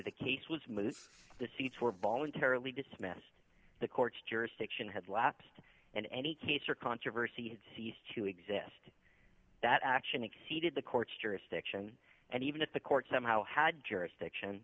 the case was moot the seats were voluntarily dismissed the court's jurisdiction had lapsed and any case or controversy had ceased to exist that action exceeded the court's jurisdiction and even if the court somehow had jurisdiction